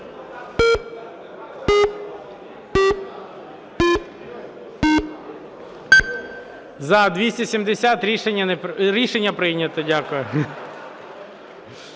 За-270 Рішення прийнято. Дякую.